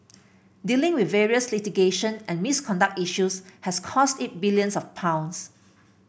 dealing with various litigation and misconduct issues has cost it billions of pounds